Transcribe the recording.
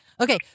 Okay